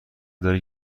داری